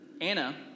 Anna